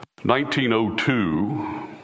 1902